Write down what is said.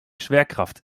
schwerkraft